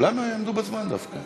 כן, אדוני, בבקשה, שלוש דקות.